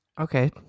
okay